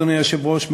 אדוני היושב-ראש,